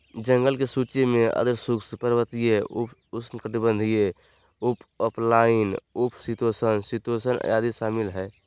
जंगल की सूची में आर्द्र शुष्क, पर्वतीय, उप उष्णकटिबंधीय, उपअल्पाइन, उप शीतोष्ण, शीतोष्ण आदि शामिल हइ